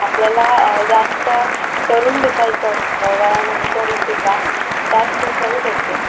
आपल्याला जास्त तरुण दिसायचं असतं वयानंतर सुद्धा त्यात खूप मदत होते